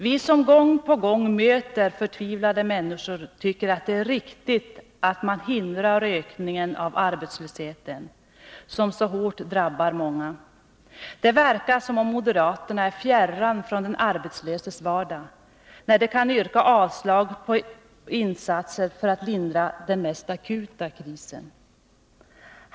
Vi som gång på gång möter förtvivlade människor tycker att det är riktigt att man hindrar ökningen av arbetslösheten, som så hårt drabbar många. Det verkar som om moderaterna är fjärran från den arbetslöses vardag, när de kan yrka avslag på insatser för att lindra den mest akuta krisen.